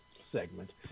segment